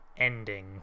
ending